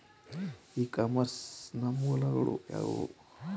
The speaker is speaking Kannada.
ಇ ಕಾಮರ್ಸ್ ನ ಮೂಲಗಳು ಯಾವುವು?